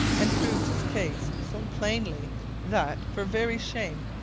and proved his case so plainly that, for very shame,